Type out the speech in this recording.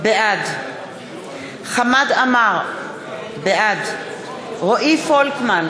בעד חמד עמאר, בעד רועי פולקמן,